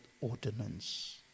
ordinance